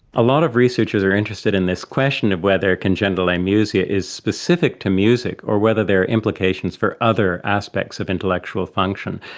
a lot of researchers are interested in this question of whether congenital amusia is specific to music or whether there are implications for other aspects of intellectual function.